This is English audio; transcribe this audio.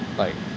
like